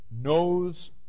knows